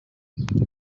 alchemy